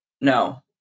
no